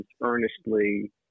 earnestly